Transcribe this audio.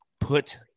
put